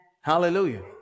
Hallelujah